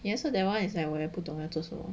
ya so that one is like 我也不懂要做么